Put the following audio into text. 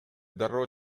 дароо